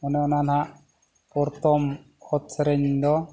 ᱚᱱᱮ ᱚᱱᱟ ᱱᱟᱜ ᱯᱨᱚᱛᱷᱚᱢ ᱠᱷᱚᱛ ᱥᱮᱨᱮᱧ ᱫᱚ